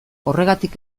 horregatik